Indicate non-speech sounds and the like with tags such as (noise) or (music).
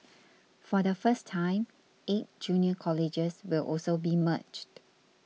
(noise) for the first time eight junior colleges will also be merged